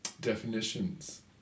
definitions